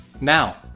Now